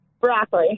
Broccoli